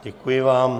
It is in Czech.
Děkuji vám.